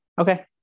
okay